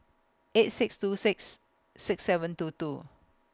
eight six two six six seven two two